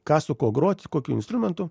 ką su kuo groti kokiu instrumentu